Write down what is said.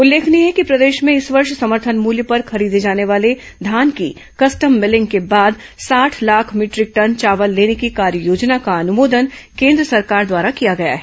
उल्लेखनीय है कि प्रदेश में इस वर्ष समर्थन मूल्य पर खरीदे जाने वाले धान की कस्टम मिलिंग के बाद साठ लाख मीटरिक टन चावल लेने की कार्ययोजना का अनुमोदन केन्द्र सरकार द्वारा किया गया है